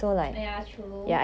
oh ya true